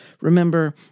Remember